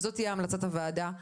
וזו תהיה המלצת הוועדה,